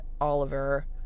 Oliver